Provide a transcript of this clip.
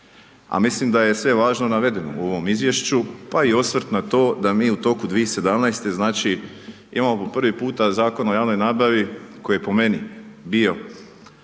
A mislim da je sve važno navedeno u ovom izvješću, pa i osvrt na to da mi u toku 2017. imamo po prvi puta Zakon o javnoj nabavi koji, po meni bio